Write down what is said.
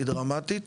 היא דרמטית,